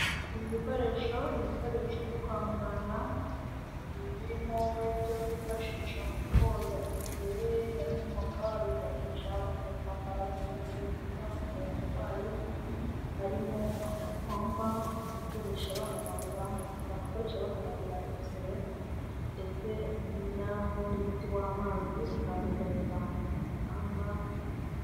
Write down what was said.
Ibi bikoresho ni ibikoresho byo kwa muganga birimo ibyo bifashisha mu koza ibisebe, harimo amaga bifashisha bagiye kwambara bagiye gukora kuvura uwo murwayi, harimo amapamba ikoresha bahanagura bakoresha bahanagura ibisebe ndetse n'indi miti y'amazi bikaba biterereka gipamba.